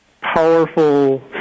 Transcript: powerful